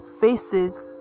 faces